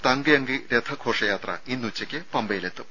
തങ്കഅങ്കി രഥ ഘോഷയാത്ര ഇന്ന് ഉച്ചയ്ക്ക് പമ്പയിലെത്തും